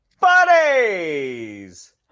Buddies